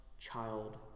child